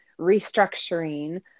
restructuring